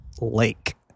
Lake